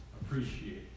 appreciate